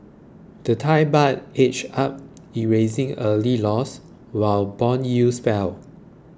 the Thai Baht edged up erasing early losses while bond yields fell